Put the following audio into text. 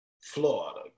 Florida